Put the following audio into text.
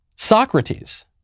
Socrates